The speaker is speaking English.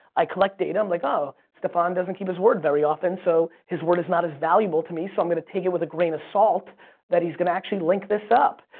i collect data. i'm like, oh, staphon doesn't keep his word very often so his word is not as valuable to me so i'm going to take it with a grain of salt that he's going to actually link this up.